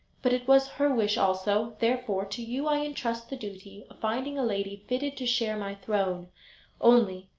but it was her wish also therefore, to you i entrust the duty of finding a lady fitted to share my throne only,